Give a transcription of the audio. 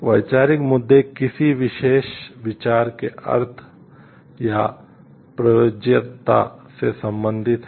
वैचारिक मुद्दे किसी विशेष विचार के अर्थ या प्रयोज्यता से संबंधित हैं